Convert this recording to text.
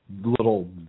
little